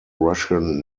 russian